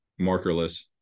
markerless